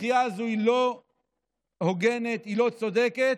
הדחייה הזו היא לא הוגנת, היא לא צודקת,